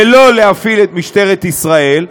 ולא להפעיל את משטרת ישראל,